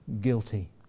guilty